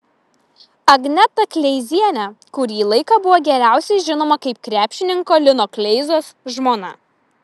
agneta kleizienė kurį laiką buvo geriausiai žinoma kaip krepšininko lino kleizos žmona